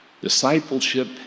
Discipleship